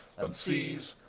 and sees,